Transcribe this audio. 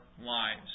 lives